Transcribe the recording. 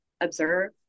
observe